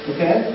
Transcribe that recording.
Okay